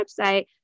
website